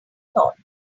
thought